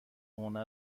هنر